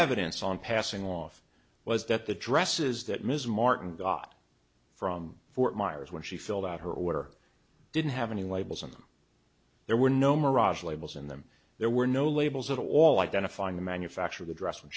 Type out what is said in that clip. evidence on passing off was that the dresses that ms martin got from fort myers when she filled out her order didn't have any labels on them there were no mirage labels in them there were no labels at all identifying the manufacture of a dress when